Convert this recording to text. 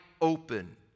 open